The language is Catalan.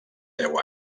deu